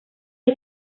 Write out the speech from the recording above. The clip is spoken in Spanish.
los